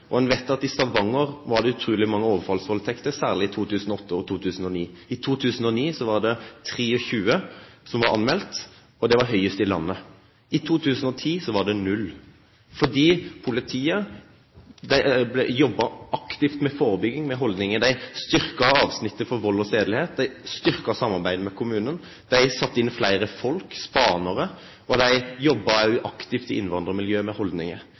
vet at i Stavanger var det utrolig mange overfallsvoldtekter, særlig i 2008 og 2009. I 2009 var det 23 som var anmeldt, og det var høyest i landet. I 2010 var det null, fordi politiet jobbet aktivt med forebygging og holdninger. De styrket avsnittet for vold og sedelighet, de styrket samarbeidet med kommunen, de satte inn flere folk, bl.a. spanere, og de jobbet aktivt med holdninger i